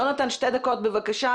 שתי דקות בבקשה.